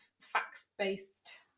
facts-based